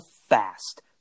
fast